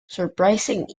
surprising